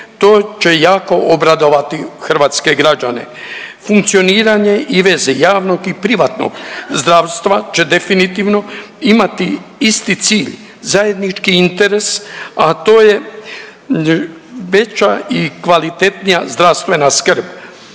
to će jako obradovati hrvatske građane. Funkcioniranje i veze javnog i privatnog zdravstva će definitivno imati isti cilj, zajednički interes, a to je veća i kvalitetnija zdravstvena skrb.